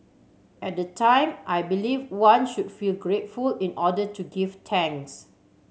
at the time I believe one should feel grateful in order to give tanks